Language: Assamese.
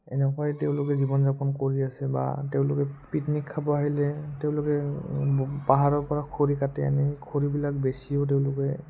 এনেকুৱাই তেওঁলোকে জীৱন যাপন কৰি আছে বা তেওঁলোকে পিকনিক খাব আহিলে তেওঁলোকে পাহাৰৰপৰা খৰি কাটি আনি খৰিবিলাক বেছিও তেওঁলোকে